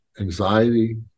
anxiety